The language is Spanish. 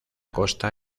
costa